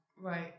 Right